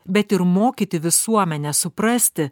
bet ir mokyti visuomenę suprasti